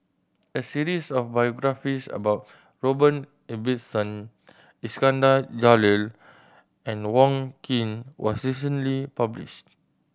a series of biographies about Robert Ibbetson Iskandar Jalil and Wong Keen was recently published